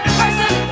person